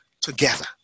together